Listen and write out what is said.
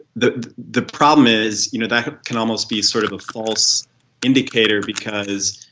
the the problem is you know that can almost be sort of a false indicator, because